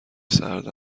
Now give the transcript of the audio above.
سرد